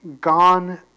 gone